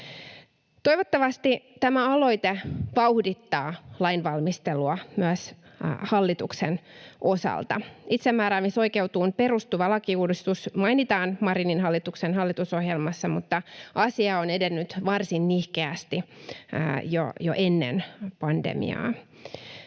Toivottavasti tämä aloite vauhdittaa lainvalmistelua myös hallituksen osalta. Itsemääräämisoikeuteen perustuva lakiuudistus mainitaan Marinin hallituksen hallitusohjelmassa, mutta asia on edennyt varsin nihkeästi jo ennen pandemiaa.